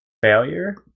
Failure